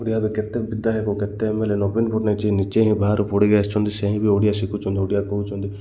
ଓଡ଼ିଆରେ କେତେ ବିଧାୟକ କେତେ ଏମଏଲେ ନବୀନ ପଟ୍ଟନାୟକ ଯିଏ ନିଜେ ହିଁ ବାହାରୁ ପଢ଼ିକି ଆସିଛନ୍ତି ହିଁ ବି ଓଡ଼ିଆ ଶିଖୁଛନ୍ତି ଓଡ଼ିଆ କହୁଛନ୍ତି